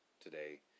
today